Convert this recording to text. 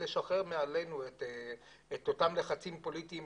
לשחרר מעלינו את אותם לחצים פוליטיים